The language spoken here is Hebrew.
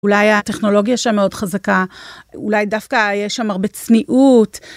אולי הטכנולוגיה שם מאוד חזקה, אולי דווקא יש שם הרבה צניעות.